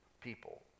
people